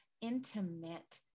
intimate